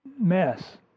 mess